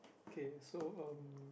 K so um